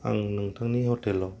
आं नोंथांनि हथेल आव